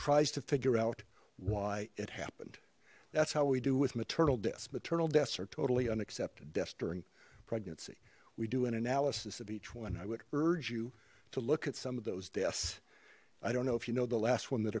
tries to figure out why it happened that's how we do with maternal deaths maternal deaths are totally unacceptable pregnancy we do an analysis of each one i would urge you to look at some of those deaths i don't know if you know the last one that